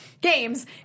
games